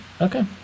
Okay